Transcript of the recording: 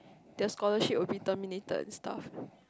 their scholarship will be terminated and stuff